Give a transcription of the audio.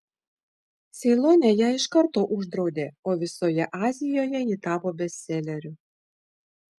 ceilone ją iš karto uždraudė o visoje azijoje ji tapo bestseleriu